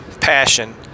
Passion